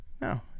No